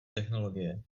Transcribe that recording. technologie